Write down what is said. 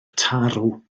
tarw